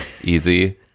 easy